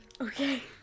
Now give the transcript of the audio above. Okay